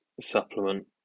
supplement